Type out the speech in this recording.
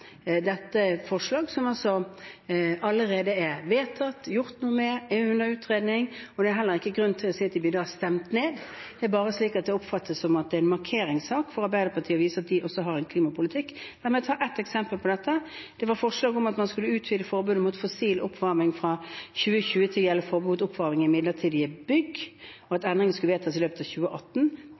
under utredning. Det er heller ikke grunn til å si at de da ble stemt ned, det oppfattes bare som at det er en markeringssak for Arbeiderpartiet for å vise at de også har en klimapolitikk. La meg ta ett eksempel på dette. Det var forslag om at man skulle utvide forbudet mot fossil oppvarming fra 2020 til å gjelde for midlertidige bygg, og at endringen skulle vedtas i løpet av